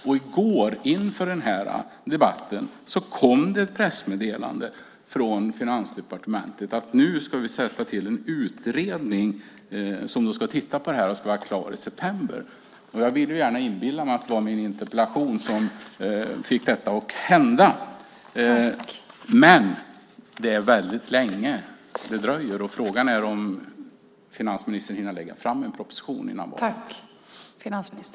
I går, inför den här debatten, kom det ett pressmeddelande från Finansdepartementet om att man nu skulle sätta till en utredning som ska titta på det här och vara klar i september. Jag vill gärna inbilla mig att det var min interpellation som fick detta att hända, men det dröjer väldigt länge. Frågan är om finansministern hinner lägga fram en proposition före valet.